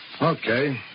Okay